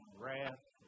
wrath